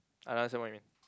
I understand what you mean